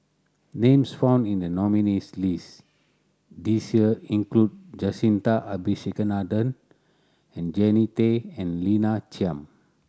names found in the nominees' list this year include Jacintha Abisheganaden and Jannie Tay and Lina Chiam